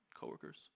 coworkers